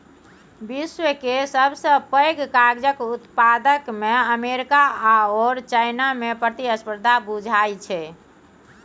विश्व केर सबसे पैघ कागजक उत्पादकमे अमेरिका आओर चाइनामे प्रतिस्पर्धा बुझाइ छै